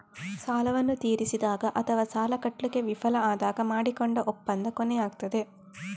ಸಾಲವನ್ನ ತೀರಿಸಿದಾಗ ಅಥವಾ ಸಾಲ ಕಟ್ಲಿಕ್ಕೆ ವಿಫಲ ಆದಾಗ ಮಾಡಿಕೊಂಡ ಒಪ್ಪಂದ ಕೊನೆಯಾಗ್ತದೆ